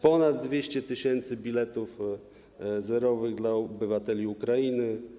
Ponad 200 tys. biletów zerowych dla obywateli Ukrainy.